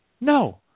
No